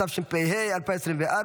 התשפ"ה 2024,